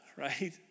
Right